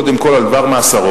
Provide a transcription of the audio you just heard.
קודם כול על דבר מאסרו.